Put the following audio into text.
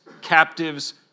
captives